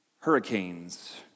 hurricanes